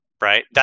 right